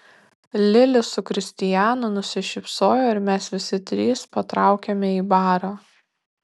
lili su kristijanu nusišypsojo ir mes visi trys patraukėme į barą